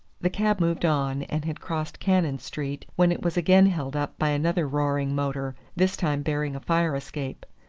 the cab moved on, and had crossed cannon street, when it was again held up by another roaring motor, this time bearing a fire escape.